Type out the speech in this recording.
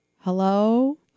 hello